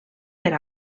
per